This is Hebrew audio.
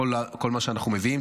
בכל מה שאנחנו מביאים,